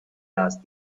asked